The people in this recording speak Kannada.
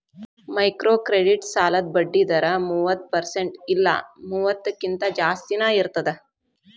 ಮೈಕ್ರೋಕ್ರೆಡಿಟ್ ಸಾಲದ್ ಬಡ್ಡಿ ದರ ಮೂವತ್ತ ಪರ್ಸೆಂಟ್ ಇಲ್ಲಾ ಮೂವತ್ತಕ್ಕಿಂತ ಜಾಸ್ತಿನಾ ಇರ್ತದ